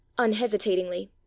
unhesitatingly